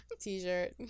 t-shirt